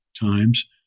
times